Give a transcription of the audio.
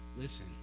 listen